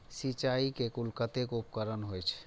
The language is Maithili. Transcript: सिंचाई के कुल कतेक उपकरण होई छै?